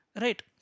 Right